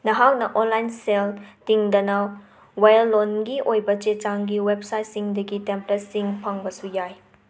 ꯅꯍꯥꯛꯅ ꯑꯣꯟꯂꯥꯏꯟ ꯁꯦꯜ ꯇꯤꯡꯗꯅ ꯋꯥꯌꯦꯜꯂꯣꯟꯒꯤ ꯑꯣꯏꯕ ꯆꯦ ꯆꯥꯡꯒꯤ ꯋꯦꯞꯁꯥꯏꯠꯁꯤꯡꯗꯒꯤ ꯇꯦꯝꯄ꯭ꯂꯦꯠꯁꯤꯡ ꯐꯪꯕꯁꯨ ꯌꯥꯏ